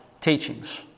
teachings